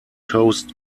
coast